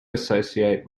associate